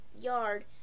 yard